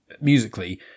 musically